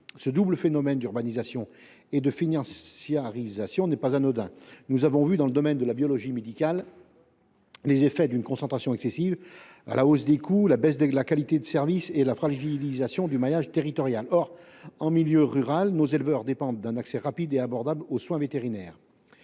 Ce double phénomène d’urbanisation et de financiarisation n’est pas anodin. Nous avons constaté, dans le domaine de la biologie médicale, les effets d’une concentration excessive : hausse des coûts, baisse de la qualité de service et fragilisation du maillage territorial. Or, en milieu rural, nos éleveurs dépendent d’un accès rapide et abordable aux soins vétérinaires.